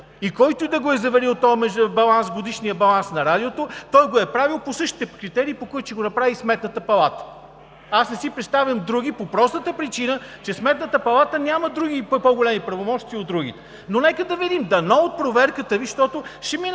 И който и да го е заверил този годишен баланс на Радиото, той го е правил по същите критерии, по които ще го направи и Сметната палата. Аз не си представям други, по простата причина че Сметната палата няма други по-големи правомощия от другите. Но нека да видим! Дано от проверката Ви